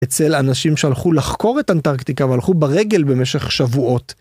אצל אנשים שהלכו לחקור את אנטרקטיקה והלכו ברגל במשך שבועות.